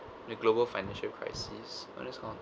the global financial crisis on its own